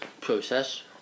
process